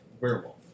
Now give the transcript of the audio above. werewolf